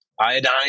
Iodine